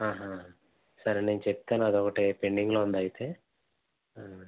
ఆహా సరే నేను చెప్తాను అది ఒకటి పెండింగ్లో ఉందా అయితే